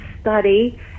study